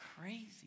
crazy